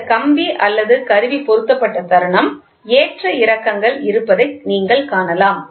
இந்தக் கம்பி அல்லது கருவி பொருத்தப்பட்ட தருணம் ஏற்ற இறக்கங்கள் இருப்பதை நீங்கள் காணலாம்